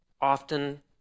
often